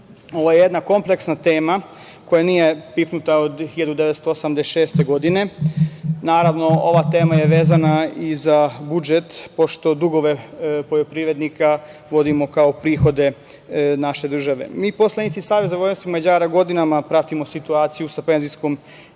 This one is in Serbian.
Ovo je jedna kompleksna tema koja nije pipnuta od 1986. godine. Naravno, ova tema je vezana i za budžet, pošto dugove poljoprivrednika vodimo kao prihode naše države. Mi, poslanici Saveza vojvođanskih Mađara, godinama pratimo situaciju sa